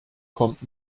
kommt